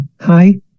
Hi